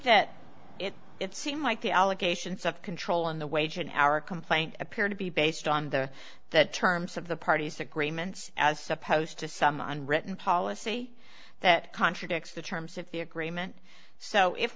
that it seemed like the allegations of control in the wage and hour complaint appeared to be based on the that terms of the parties agreements as opposed to some unwritten policy that contradicts the terms of the agreement so if